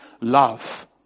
love